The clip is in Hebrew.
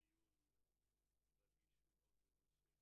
אני מתנצל על האיחור שנבע מדיון רגיש מאוד בנושא